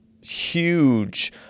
huge